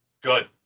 Good